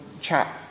chat